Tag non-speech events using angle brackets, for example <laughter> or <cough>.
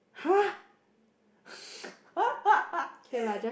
!huh! <laughs>